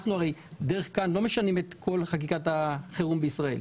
אנחנו הרי בדרך כלל לא משנים את כל חקיקת החירום בישראל.